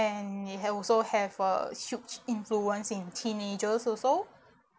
and he also have a huge influence in teenagers also